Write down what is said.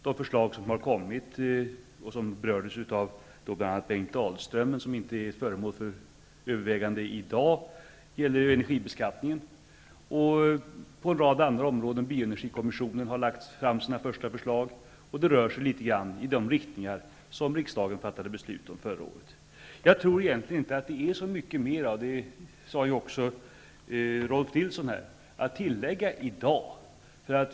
De förslag som har kommit -- vilka bl.a. berördes av Bengt Dalström, men som inte är föremål för övervägande i dag -- gäller energibeskattningen. Bioenergikommissionen har lagt fram sina första förslag, och de rör sig litet grand i den riktning som riksdagen fattade beslut om förra året. Jag tror egentligen inte att det är så mycket mera att tillägga i dag. Det sade ju också Rolf L. Nilson.